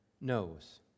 knows